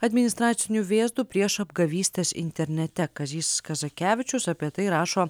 administraciniu vėzdu prieš apgavystės internete kazys kazakevičius apie tai rašo